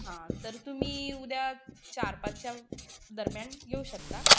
हां तर तुम्ही उद्या चार पाचच्या दरम्यान येऊ शकता